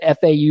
FAU